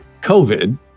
COVID